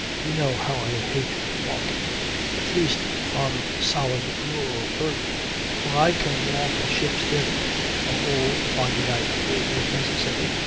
you know how i hate walking at least on solid, rural earth for i can walk a ship's deck a whole foggy night through, if necessary,